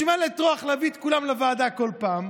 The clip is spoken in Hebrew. בשביל מה לטרוח, להביא את כולם לוועדה כל פעם?